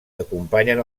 acompanyen